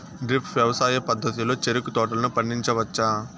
drip వ్యవసాయ పద్ధతిలో చెరుకు తోటలను పండించవచ్చా